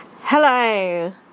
Hello